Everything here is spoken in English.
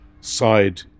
side